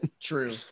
True